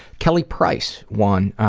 kelly price won.